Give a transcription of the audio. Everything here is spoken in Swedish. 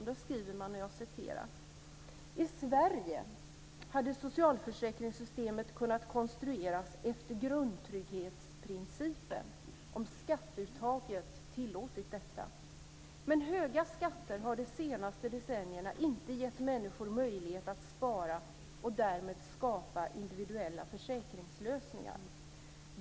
Där skriver man: "I Sverige hade socialförsäkringssystemen kunnat konstrueras efter grundtrygghetsprincipen om skatteuttaget tillåtit detta. Men höga skatter under de senaste decennierna har inte gett människor möjlighet att spara, och därmed skapa individuella försäkringslösningar.